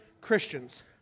Christians